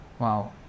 Wow